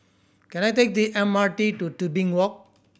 can I take the M R T to Tebing Walk